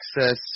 access